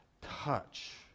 touch